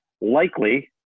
likely